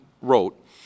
wrote